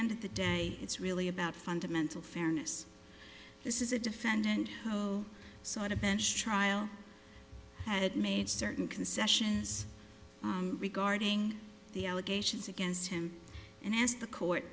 end of the day it's really about fundamental fairness this is a defendant who sought a bench trial had made certain concessions regarding the allegations against him and asked the court